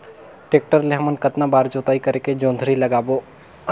Tractor ले हमन कतना बार जोताई करेके जोंदरी लगाबो?